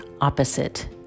opposite